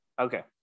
Okay